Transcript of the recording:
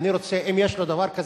יש לו דבר כזה,